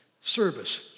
service